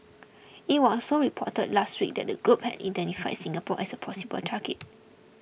it was also reported last week that the group had identified Singapore as a possible target